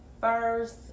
first